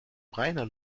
reiner